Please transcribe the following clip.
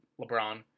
LeBron